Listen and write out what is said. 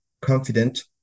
confident